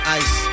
ice